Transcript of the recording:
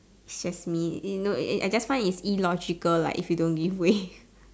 it's just me you know I I just find it's illogical like if you don't give way